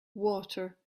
water